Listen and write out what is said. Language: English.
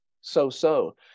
so-so